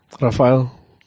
Rafael